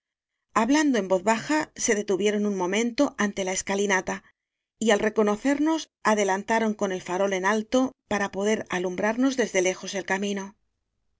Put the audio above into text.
hablando en voz baja se detuvieron un momento ante la escalinata y al reconocer nos adelantaron con el farol en alto para poder alumbrarnos desde lejos el camino